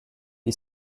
est